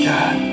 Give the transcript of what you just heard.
God